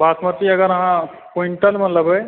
वासमती अगर अहाँ क्विण्टल मे लेबै